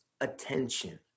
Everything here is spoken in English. attention